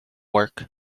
work